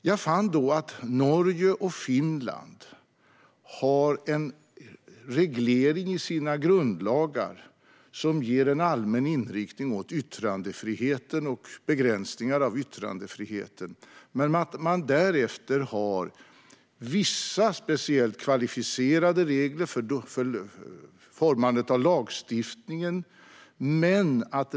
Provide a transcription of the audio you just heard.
Jag fann då att Norge och Finland har en reglering i sina grundlagar som ger en allmän inriktning för yttrandefriheten och begränsningar av den men att man därefter har vissa speciellt kvalificerade regler för formandet av lagstiftningen.